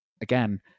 again